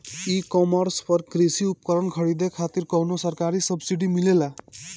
ई कॉमर्स पर कृषी उपकरण खरीदे खातिर कउनो सरकारी सब्सीडी मिलेला?